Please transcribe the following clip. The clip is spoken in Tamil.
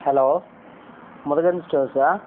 ஹலோ முருகன் ஸ்டோர்ஸா